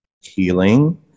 healing